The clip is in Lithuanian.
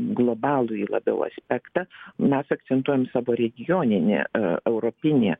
globalųjį labiau aspektą mes akcentuojam savo regioninį europinį